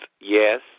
yes